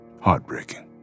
heartbreaking